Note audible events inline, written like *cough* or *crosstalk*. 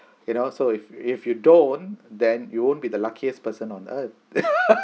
you know so if if you don't then you won't be the luckiest person on earth *laughs*